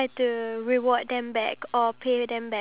it's a bit dull for me